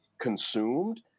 consumed